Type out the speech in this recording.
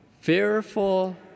fearful